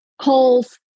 calls